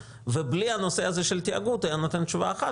ובלי הנושא הזה של תיאגוד הוא נותן תשובה אחת